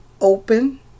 open